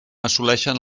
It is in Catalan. assoleixen